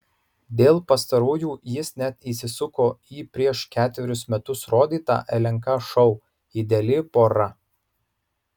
dėl pastarųjų jis net įsisuko į prieš ketverius metus rodytą lnk šou ideali pora